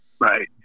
Right